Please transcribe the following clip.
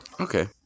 Okay